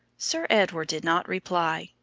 sir edward did not reply.